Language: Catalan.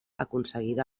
aconseguida